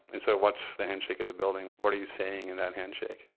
and so what's the handshake of the building? what are you saying in that handshake?